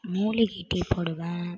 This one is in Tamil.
மூலிகை டீ போடுவேன்